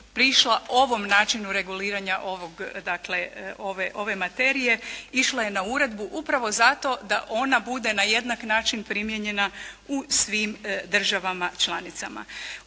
prišla ovom načinu reguliranja ovog dakle, ove materije. Išla je na Uredbu upravo zato da ona bude na jednak način primijenjena u svim državama članicama.